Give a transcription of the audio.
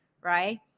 right